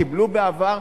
קיבלו בעבר,